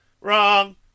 Wrong